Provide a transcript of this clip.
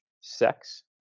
sex